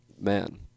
man